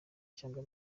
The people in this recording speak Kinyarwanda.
cyangwa